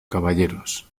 caballeros